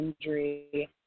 injury